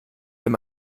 wenn